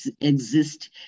exist